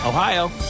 Ohio